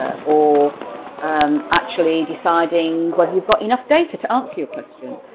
ah or um actually deciding whether you've got enough data to answer your questions.